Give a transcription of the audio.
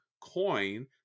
coin